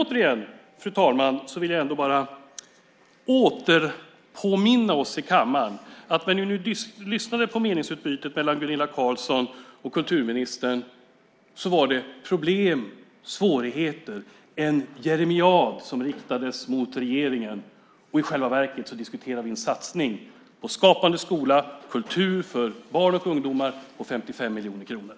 Återigen, fru talman, vill jag påminna oss här i kammaren om att det när vi lyssnade på Gunilla Carlssons inlägg efter kulturministerns svar var problem och svårigheter - en jeremiad riktad mot regeringen när vi i själva verket diskuterar en satsning på Skapande skola, på kultur för barn och ungdomar, för 55 miljoner kronor.